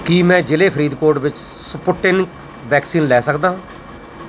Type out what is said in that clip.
ਕੀ ਮੈਂ ਜ਼ਿਲ੍ਹੇ ਫਰੀਦਕੋਟ ਵਿੱਚ ਸਪੁਟਨਿਕ ਵੈਕਸੀਨ ਲੈ ਸਕਦਾ ਹਾਂ